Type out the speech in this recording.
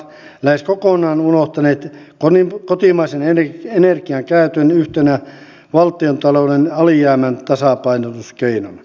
edelliset hallitukset ovat lähes kokonaan unohtaneet kotimaisen energian käytön yhtenä valtiontalouden alijäämän tasapainotuskeinona